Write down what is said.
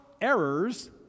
errors